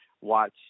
watch